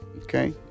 okay